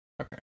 okay